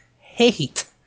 hate